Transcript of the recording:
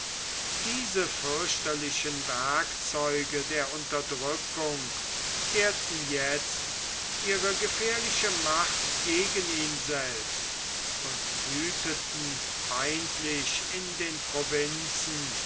diese fürchterlichen werkzeuge der unterdrückung kehrten jetzt ihre gefährliche macht gegen ihn selbst und wütheten feindlich in den provinzen